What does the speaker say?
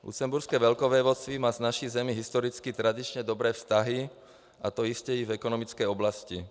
Lucemburské velkovévodství má s naší zemí historicky tradičně dobré vztahy, a to jistě i v ekonomické oblasti.